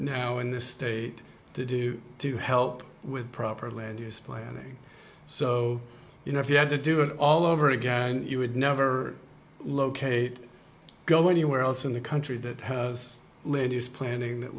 now in the state to do to help with proper land use planning so you know if you had to do it all over again you would never locate go anywhere else in the country that has ladies planning that